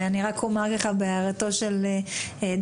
רק אומר לך על פי הערתו של דוידסון: